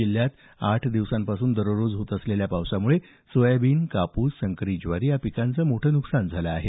जिल्ह्यात आठ दिवसांपासून दररोज होत असलेल्या पावसामुळे सोयाबीन कापूस संकरीत ज्वारी या पिकाचं मोठ नुकसान झालं आहे